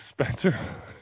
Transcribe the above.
Spencer